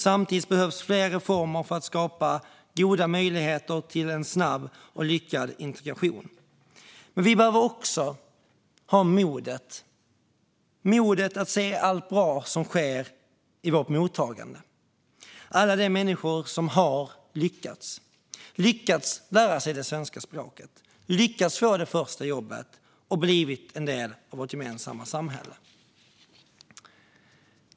Samtidigt behövs fler reformer för att skapa goda möjligheter till en snabb och lyckad integration. Men vi behöver också ha modet att se allt bra som sker i vårt mottagande och alla de människor som har lyckats - lyckats lära sig det svenska språket, lyckats få det första jobbet och blivit en del av vårt gemensamma samhälle.